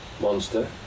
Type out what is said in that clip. monster